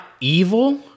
evil